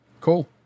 Cool